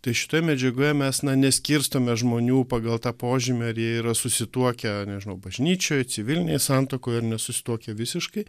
tai šitoje medžiagoje mes na neskirstome žmonių pagal tą požymį ar jie yra susituokę nežinau bažnyčioj civilinėj santuokoj ar nesusituokę visiškai